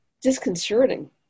disconcerting